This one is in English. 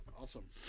awesome